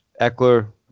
eckler